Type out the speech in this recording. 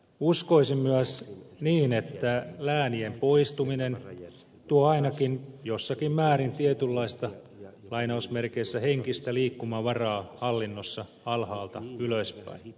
uskoisin myös niin että läänien poistuminen tuo ainakin jossakin määrin tietynlaista lainausmerkeissä henkistä liikkumavaraa hallinnossa alhaalta ylöspäin